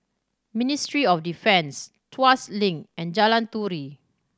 Ministry of Defence Tuas Link and Jalan Turi